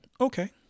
Okay